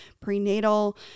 prenatal